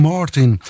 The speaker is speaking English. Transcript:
Martin